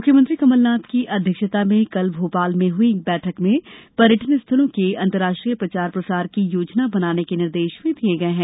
मुख्यमंत्री कमलनाथ की अध्यक्षता में कल भोपाल में हुई एक बैठक में पर्यटन स्थलों के अंतर्राष्ट्रीय प्रचार प्रसार की योजना बनाने के निर्देश भी दिये गये हैं